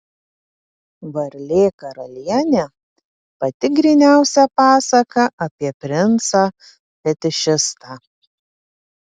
varlė karalienė pati gryniausia pasaka apie princą fetišistą